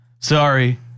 Sorry